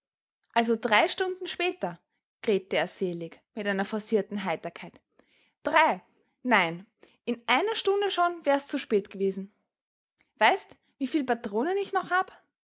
also drei stunden später krähte er selig mit einer forcierten heiterkeit drei nein in einer stund schon wär's zu spät g'wesen weißt wie viel patronen ich noch hab